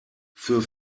für